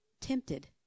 tempted